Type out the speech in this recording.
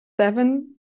seven